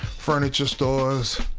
furniture stores,